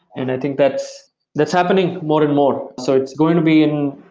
and i think that's that's happening more and more. so it's going to be in